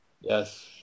Yes